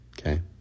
okay